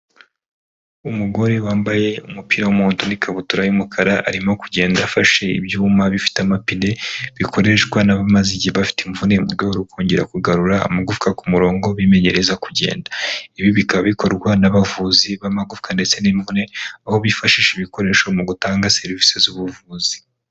Umugore wambaye umupira w'umuhondo n'ikabutura y'umukara arimo kugenda afashe ibyuma bifite amapine bikoreshwa n'abamaze igihe bafite imvune mu rwego rwo kongera kugarura amagufwa ku murongo bimenyereza kugenda. Ibi bikaba bikorwa n'abavuzi b'amagufwa ndetse n'imvune aho bifashisha ibikoresho mu gutanga serivisi z'ubuvuzi.